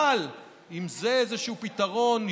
אבל אם זה איזשהו פתרון,